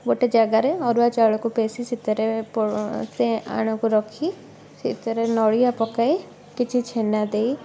ଗୋଟେ ଜାଗାରେ ଅରୁଆ ଚାଉଳକୁ ପେଷି ସେଥିରେ ଆଣକୁ ରଖି ସେଥିରେ ନଡ଼ିଆ ପକାଇ କିଛି ଛେନା ଦେଇ